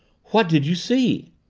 what did you see?